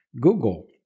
Google